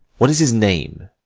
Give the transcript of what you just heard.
what is his name?